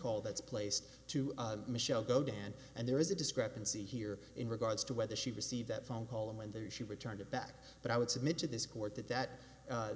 call that's placed to michelle gaudin and there is a discrepancy here in regards to whether she received that phone call and when there she returned it back but i would submit to this court that that